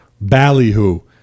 Ballyhoo